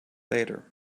later